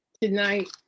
Tonight